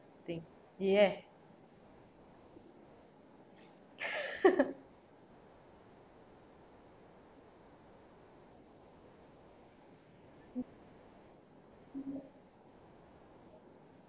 thing yeah